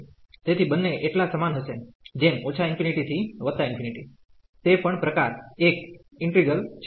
તેથી બન્ને એટલા સમાન હશે જેમ −∞ થી ∞ તે પણ પ્રકાર - 1 ઈન્ટિગ્રલ છે